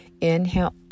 Inhale